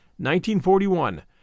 1941